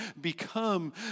become